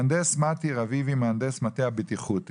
מהנדס מתי רביבי, מהנדס מטה הבטיחות.